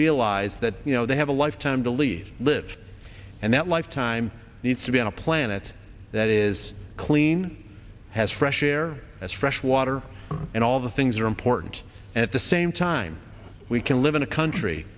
realize that you know they have a lifetime to leave live and that lifetime needs to be on a planet that is clean has fresh air that's fresh water and all the things that are important at the same time we can live in a country